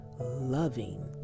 loving